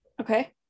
Okay